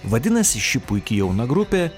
vadinasi ši puiki jauna grupė